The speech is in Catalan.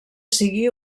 sigui